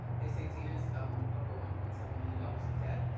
they say dina's um over one point seven million dollars in debt.